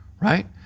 right